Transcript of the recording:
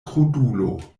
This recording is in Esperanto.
krudulo